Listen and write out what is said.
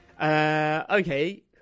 okay